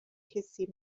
کسی